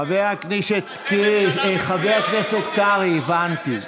חבר הכנסת קרעי, הבנתי.